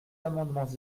amendements